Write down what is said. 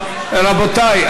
רבותי,